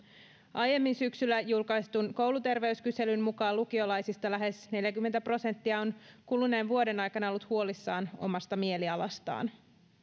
aiemmin syksyllä julkaistun kouluterveyskyselyn mukaan lukiolaisista lähes neljäkymmentä prosenttia on kuluneen vuoden aikana ollut huolissaan omasta mielialastaan